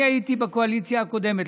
אני הייתי בקואליציה הקודמת,